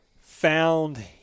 found